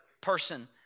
person